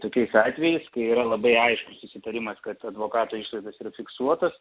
tokiais atvejais kai yra labai aiškus susitarimas kad advokato išlaidos yra fiksuotos